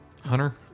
Hunter